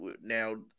now